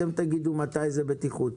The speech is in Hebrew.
אתם תגידו מתי זה בטיחות.